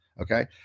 okay